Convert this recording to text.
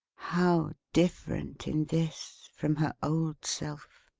how different in this, from her old self!